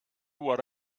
what